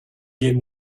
gave